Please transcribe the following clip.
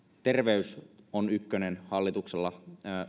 terveys on ykkönen hallituksella